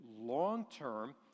long-term